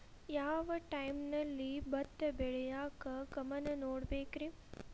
ಯಾವ್ ಟೈಮಲ್ಲಿ ಭತ್ತ ಬೆಳಿಯಾಕ ಗಮನ ನೇಡಬೇಕ್ರೇ?